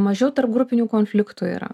mažiau tarpgrupinių konfliktų yra